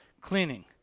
cleaning